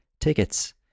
tickets